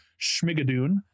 Schmigadoon